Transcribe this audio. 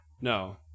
No